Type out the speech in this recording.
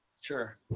sure